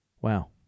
Wow